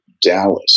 Dallas